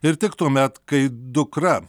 ir tik tuomet kai dukra